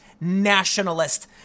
nationalist